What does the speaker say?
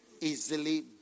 easily